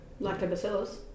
Lactobacillus